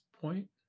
point